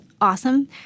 awesome